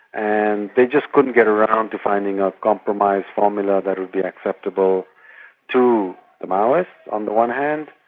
and they just couldn't get around to finding a compromise formula that would be acceptable to the maoists on the one hand,